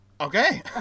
Okay